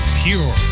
pure